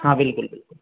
हाँ बिल्कुल बिल्कुल